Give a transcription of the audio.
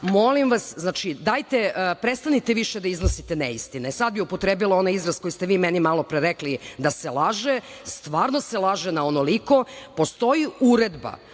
rudnika. Molim vas, prestanite više da iznosite neistine. Sad bih upotrebila onaj izraz koji ste vi meni malopre rekli da se laže, stvarno se laže na onoliko. Postoji Uredba